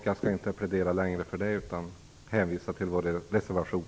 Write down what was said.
Jag skall inte plädera längre för det, utan jag hänvisar till vår reservation.